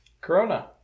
Corona